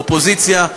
אופוזיציה,